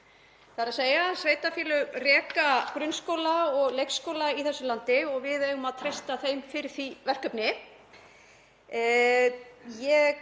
þ.e. sveitarfélög reka grunnskóla og leikskóla í þessu landi og við eigum að treysta þeim fyrir því verkefni.